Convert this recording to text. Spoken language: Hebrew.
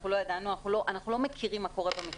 אנחנו לא מכירים מה קורה במכרזים.